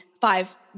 five